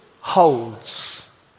holds